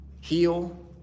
heal